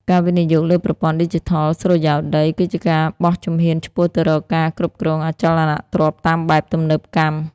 ការវិនិយោគលើប្រព័ន្ធឌីជីថលសុរិយោដី គឺជាការបោះជំហានឆ្ពោះទៅរកការគ្រប់គ្រងអចលនទ្រព្យតាមបែបទំនើបកម្ម។